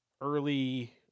early